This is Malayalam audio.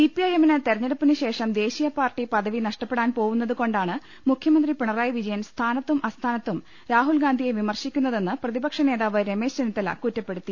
സിപിഐഎമ്മിന് തെരഞ്ഞെടുപ്പിന് ശേഷം ദേശീയപാർട്ടി പദവി നഷ്ടപ്പെടാൻ പോവുന്നതുകൊണ്ടാണ് മുഖ്യമന്ത്രി പിണ റായി വിജയൻ സ്ഥാനത്തും അസ്ഥാനത്തും രാഹുൽഗാന്ധിയെ വിമർശിക്കുന്നതെന്ന് പ്രതിപക്ഷനേതാവ് രമേശ് ചെന്നിത്തല കുറ്റ പ്പെടുത്തി